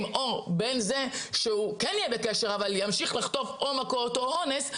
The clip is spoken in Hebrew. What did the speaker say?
או שהוא כן יהיה בקשר אבל יחטוף מכות או אונס,